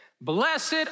blessed